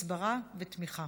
הסברה ותמיכה.